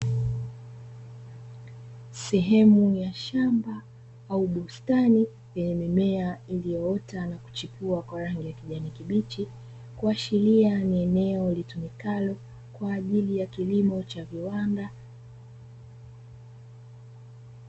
Sehemu ya shamba au bustani kwenye mimea iliyoota na kuchipua kwa rangi ya kijani kibichi, kuashiria ni eneo litumikalo kwa ajili ya kilimo cha viwanda.